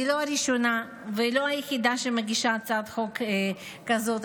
אני לא הראשונה ולא היחידה שמגישה הצעת חוק כזאת.